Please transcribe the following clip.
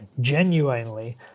genuinely